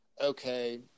okay